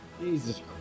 Jesus